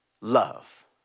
love